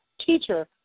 teacher